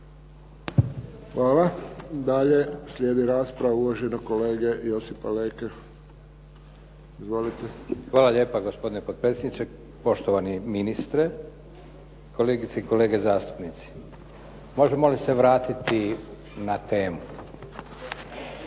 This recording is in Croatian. Hvala. Dalje slijedi rasprava uvaženog kolege Josipa Leke. Izvolite. **Leko, Josip (SDP)** Hvala lijepa, gospodine potpredsjedniče. Poštovani ministre, kolegice i kolege zastupnici. Možemo li se vratiti na temu? Klub